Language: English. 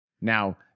Now